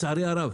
לצערי הרב,